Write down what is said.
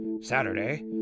Saturday